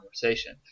conversation